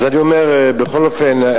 בכל אופן,